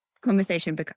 Conversation